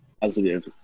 positive